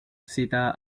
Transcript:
cita